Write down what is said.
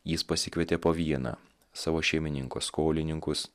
jis pasikvietė po vieną savo šeimininko skolininkus